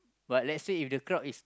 but let's say if the crowd is